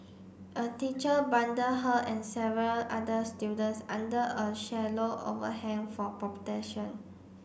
a teacher bundled her and several other students under a shallow overhang for